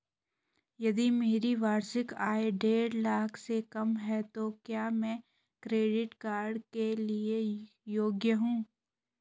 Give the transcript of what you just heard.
यदि मेरी वार्षिक आय देढ़ लाख से कम है तो क्या मैं क्रेडिट कार्ड के लिए योग्य हूँ?